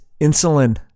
Insulin